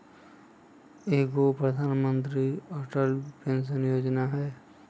एगो प्रधानमंत्री अटल पेंसन योजना है?